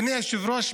אדוני היושב-ראש,